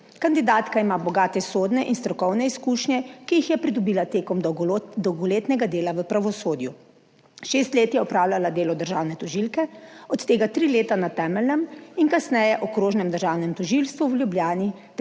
Kandidatka ima bogate sodne in strokovne izkušnje, ki jih je pridobila med dolgoletnim delom v pravosodju. Šest let je opravljala delo državne tožilke, od tega tri leta na temeljnem in kasneje okrožnem državnem tožilstvu v Ljubljani